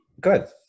good